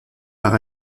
par